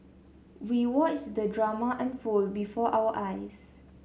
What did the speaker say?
we watched the drama unfold before our eyes